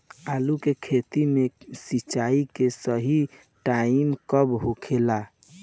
आलू के खेती मे सिंचाई के सही टाइम कब होखे ला?